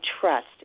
trust